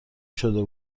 شده